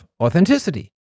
authenticity